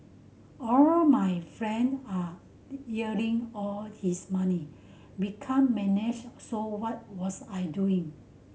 all my friend are all his money become manage so what was I doing